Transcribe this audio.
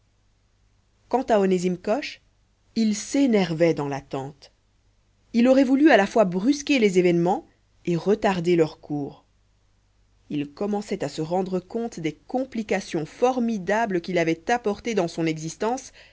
quant à onésime coche il s'énervait dans l'attente il aurait voulu à la fois brusquer les événements et retarder leur cours il commençait à se rendre compte des complications formidables qu'il avait apportées dans son existence